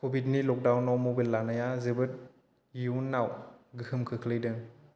कभिडनि लकडाउनाव मबाइल लानाया जोबोद इयुनाव गोहोम खोख्लैदों